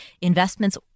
investments